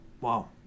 Wow